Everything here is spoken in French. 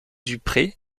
dupré